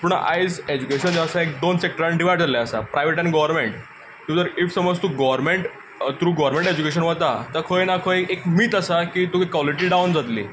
पूण आयज एज्युकेशन जें आसा एक दोन सॅक्टरान डिवायड जाल्लें आसा प्रायवेट आनी गव्हर्मेंट जर इफ समज तूं गव्हर्मेंट थ्रू गव्हर्मेंट एज्युकेशन वता तर खंय ना खंय एक मीथ आसा की तुगे क्वोलिटी डावन जातली